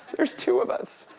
there's two of us.